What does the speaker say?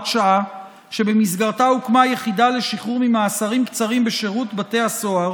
שעה שבמסגרתה הוקמה יחידה לשחרור ממאסרים קצרים בשירות בתי הסוהר